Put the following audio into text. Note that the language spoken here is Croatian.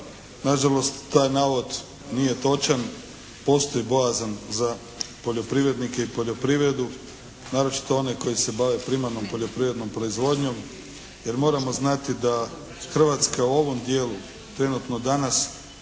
Na žalost taj navod nije točan. Postoji bojazan za poljoprivrednike i poljoprivredu naročito one koji se bave primarnom poljoprivrednom proizvodnjom, jer moramo znati da Hrvatska u ovom dijelu trenutno danas